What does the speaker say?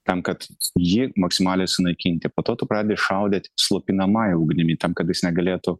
tam kad jį maksimaliai sunaikinti po to tu pradedi šaudyt slopinamąją ugnimi tam kad jis negalėtų